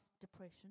depression